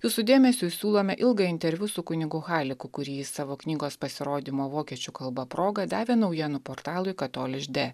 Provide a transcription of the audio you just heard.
jūsų dėmesiui siūlome ilgą interviu su kunigu haliku kurį jis savo knygos pasirodymo vokiečių kalba proga davė naujienų portalui katolidž de